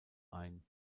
ein